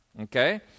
okay